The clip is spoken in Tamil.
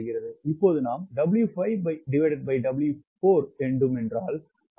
இப்போது நாம் 𝑊5W4 வேண்டும்